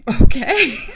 Okay